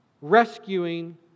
rescuing